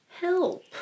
Help